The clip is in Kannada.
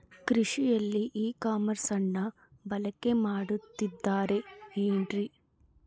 ಕೃಷಿಯಲ್ಲಿ ಇ ಕಾಮರ್ಸನ್ನ ಬಳಕೆ ಮಾಡುತ್ತಿದ್ದಾರೆ ಏನ್ರಿ?